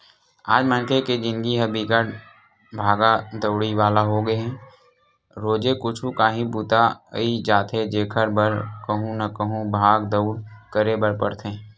आज मनखे के जिनगी ह बिकट भागा दउड़ी वाला होगे हे रोजे कुछु काही बूता अई जाथे जेखर बर कहूँ न कहूँ भाग दउड़ करे बर परथे